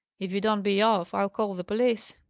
if you don't be off, i'll call the police.